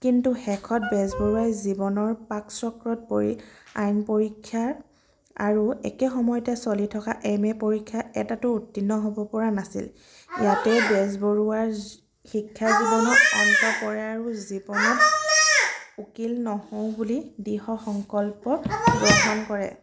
কিন্তু শেষত বেজবৰুৱাই জীৱনৰ পাকচক্ৰত পৰি আইন পৰীক্ষা আৰু একে সময়তে চলি থকা এম এ পৰীক্ষাত এটাতো উত্তীৰ্ণ হ'ব পৰা নাছিল ইয়াতেই বেজবৰুৱাৰ শিক্ষা জীৱনৰ অন্ত পৰে আৰু জীৱনত উকীল নহওঁ বুলি দৃঢ় সংকল্প গ্ৰহণ কৰে